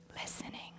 listening